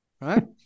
right